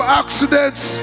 accidents